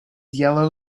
yellow